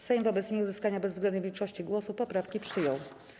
Sejm wobec nieuzyskania bezwzględnej większości głosów poprawki przyjął.